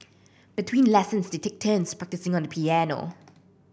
between lessons they take turns practising on the piano